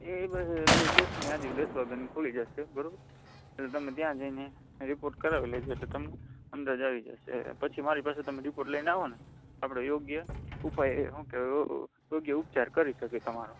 એ બસ દશની આજુ દશ વાગાની ખૂલી જશે બરાબર એટલે તમે ત્યાં જઈને રિપોર્ટ કરાવી લેજો એટલે તમને અંદાજ આવી જશે પછી મારી પાસે તમે રિપોર્ટ લઈને આવો ને આપણે યોગ્ય ઉપાય શું કહેવાય યોગ્ય ઉપચાર કરી શકીએ તમારો